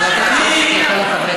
אתה אל תגיד לי שאני ילדה,